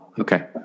okay